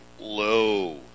low